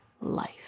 life